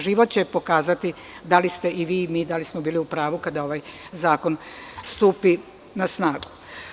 Život će pokazati da li ste i vi i mi, da li smo bili upravu kada ovaj zakon stupi na snagu.